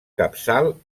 capçal